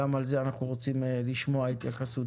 גם על זה אנחנו רוצים לשמוע התייחסות.